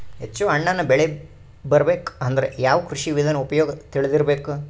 ಹೆಚ್ಚು ಹಣ್ಣನ್ನ ಬೆಳಿ ಬರಬೇಕು ಅಂದ್ರ ಯಾವ ಕೃಷಿ ವಿಧಾನ ಉಪಯೋಗ ತಿಳಿದಿರಬೇಕು?